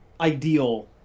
ideal